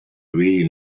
really